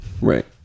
right